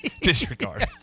Disregard